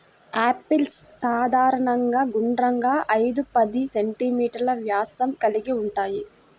apples సాధారణంగా గుండ్రంగా, ఐదు పది సెం.మీ వ్యాసం కలిగి ఉంటాయి